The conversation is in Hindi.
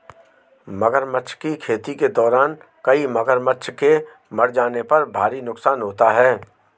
मगरमच्छ की खेती के दौरान कई मगरमच्छ के मर जाने पर भारी नुकसान होता है